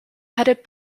headed